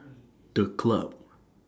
The Club